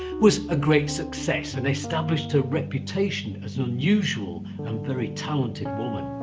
was a great success and established her reputation as an unusual and very talented woman.